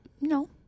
No